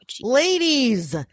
ladies